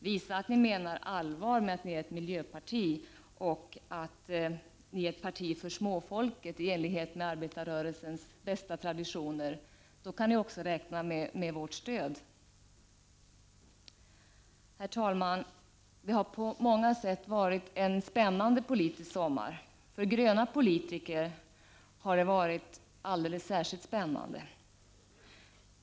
Visa att ni menar allvar med att ni är ett miljöparti och att ni är ett parti för små folket i enlighet med arbetarrörelsens bästa traditioner! Då kan ni också räkna med vårt stöd. Herr talman! Det har på många sätt varit en spännande politisk sommar. För gröna politiker har det varit alldeles särskilt spännande.